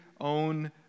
own